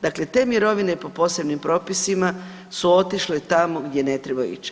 Dakle, te mirovine po posebnim propisima su otišle tamo gdje ne trebaju ići.